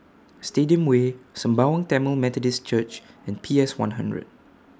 Stadium Way Sembawang Tamil Methodist Church and P S one hundred